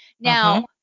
now